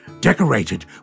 decorated